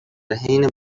حین